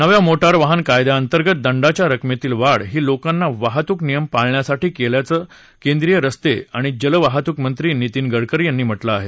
नव्या मोटार वाहन कायद्यांतर्गत दंडाच्या रकमेतील वाढ ही लोकांना वाहतूक नियम पाळाण्यासाठी केल्याचं केंद्रीय रस्ते आणि जलवाहतूक मंत्री नितीन गडकरी यांनी म्हटलं आहे